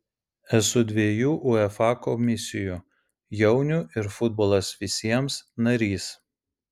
esu dviejų uefa komisijų jaunių ir futbolas visiems narys